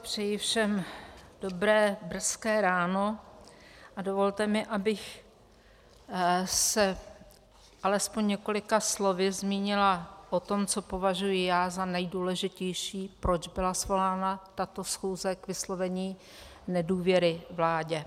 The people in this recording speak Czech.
Přeji všem dobré brzké ráno a dovolte mi, abych se alespoň několika slovy zmínila o tom, co považuji já za nejdůležitější, proč byla svolána tato schůze k vyslovení nedůvěry vládě.